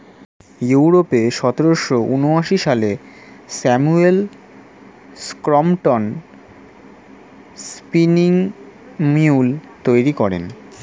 ইউরোপে সতেরোশো ঊনআশি সালে স্যামুয়েল ক্রম্পটন স্পিনিং মিউল তৈরি করেন